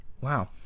Wow